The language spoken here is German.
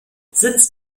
sitz